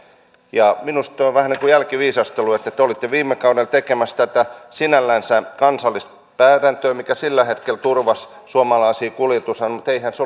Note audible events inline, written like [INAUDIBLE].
minusta tuo on vähän niin kuin jälkiviisastelua te te olitte viime kaudella tekemässä tätä sinällänsä kansallispäätäntöä mikä sillä hetkellä turvasi suomalaisia kuljetuksia mutta eihän se [UNINTELLIGIBLE]